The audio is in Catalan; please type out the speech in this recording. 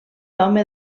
home